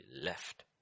left